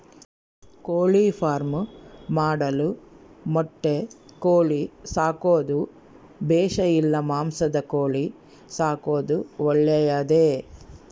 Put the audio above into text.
ಕೋಳಿಫಾರ್ಮ್ ಮಾಡಲು ಮೊಟ್ಟೆ ಕೋಳಿ ಸಾಕೋದು ಬೇಷಾ ಇಲ್ಲ ಮಾಂಸದ ಕೋಳಿ ಸಾಕೋದು ಒಳ್ಳೆಯದೇ?